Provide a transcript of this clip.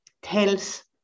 tells